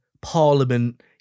parliament